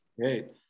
Great